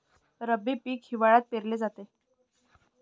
रब्बी पीक हिवाळ्यात पेरले जाते